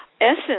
essence